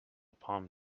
palm